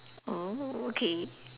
oh okay